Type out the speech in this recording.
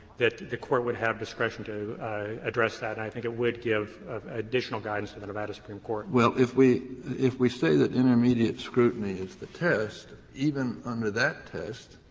that the court would have discretion to address that. i think it would give additional guidance to the nevada supreme court. kennedy well, if we if we say that intermediate scrutiny is the test, even under that test,